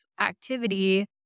activity